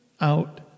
out